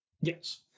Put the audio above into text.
Yes